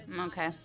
Okay